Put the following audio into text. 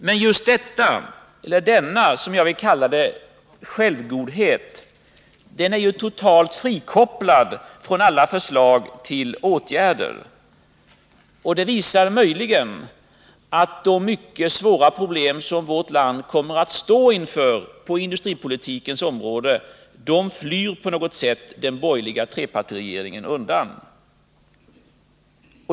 Men just denna, som jag vill kalla det, självgodhet är totalt frikopplad från alla förslag till åtgärder — och det visar möjligen att den borgerliga trepartiregeringen på något sätt flyr undan de mycket svåra problem som vårt land kommer att stå inför på industripolitikens område.